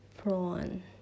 Prawn